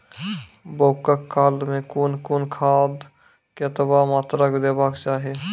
बौगक काल मे कून कून खाद केतबा मात्राम देबाक चाही?